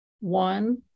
One